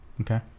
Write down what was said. Okay